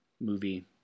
movie